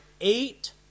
eight